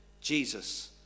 Jesus